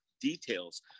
details